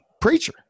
Preacher